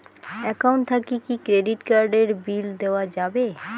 Account থাকি কি credit card এর বিল দেওয়া যাবে?